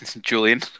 Julian